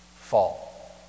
fall